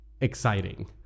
exciting